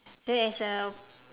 so as a